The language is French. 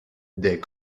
des